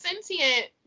sentient